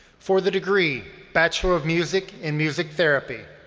for the degree bachelor of music and music therapy,